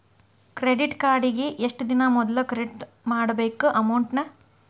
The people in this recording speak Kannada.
ಕ್ರೆಡಿಟ್ ಕಾರ್ಡಿಗಿ ಎಷ್ಟ ದಿನಾ ಮೊದ್ಲ ಕ್ರೆಡಿಟ್ ಮಾಡ್ಬೇಕ್ ಅಮೌಂಟ್ನ